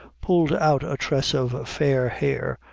pulled out a tress of fair hair,